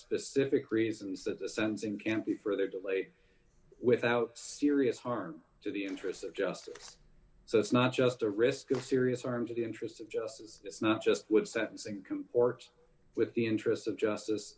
specific reasons that the sensing can't be further delayed without serious harm to the interests of justice so it's not just the risk of serious harm to the interests of justice it's not just with sentencing comport with the interest of justice